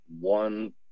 one